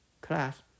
class